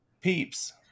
peeps